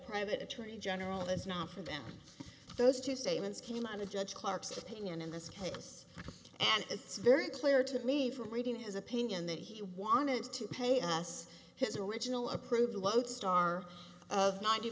private attorney general is not for them those two statements came out of judge clark's opinion in this case and it's very clear to me from reading his opinion that he wanted to pay us his original approved lodestar of ninety